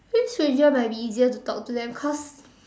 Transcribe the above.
I think stranger might be easier to talk to them cause